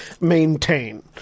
maintain